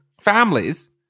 families